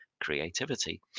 creativity